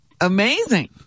amazing